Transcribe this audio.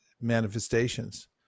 manifestations